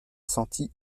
sentie